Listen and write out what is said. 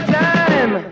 time